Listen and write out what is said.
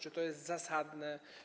Czy to jest zasadne?